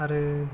आरो